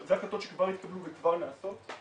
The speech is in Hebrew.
אלה החלטות שהתקבלו וכבר נעשות.